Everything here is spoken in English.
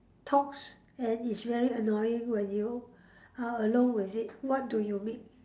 talks and is really annoying when you are alone with it what do you make